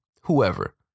whoever